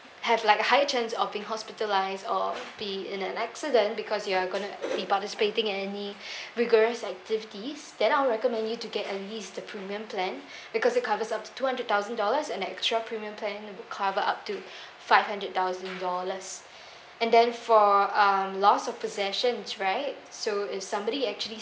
have like higher chance of being hospitalized or be in an accident because you're gonna be participating in any rigorous activities then I'll recommend you to get at least the premium plan because it covers up to two hundred thousand dollars and extra premium plan would cover up to five hundred thousand dollars and then for uh lost of possessions right so if somebody actually